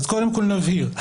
אז קודם כול נבהיר,